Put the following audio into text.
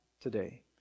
today